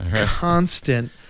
constant